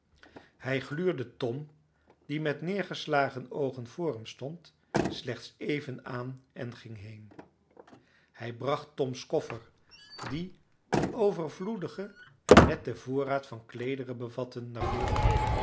hij gluurde tom die met neergeslagen oogen voor hem stond slechts even aan en ging heen hij bracht tom's koffer die een overvloedigen en netten voorraad van kleederen bevatte naar voren